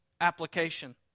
application